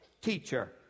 teacher